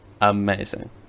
amazing